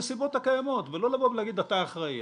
בנסיבות הקיימות, ולא לבוא ולהגיד, אתה אחראי.